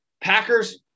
Packers